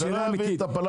זה לא יביא להפלת הממשלה.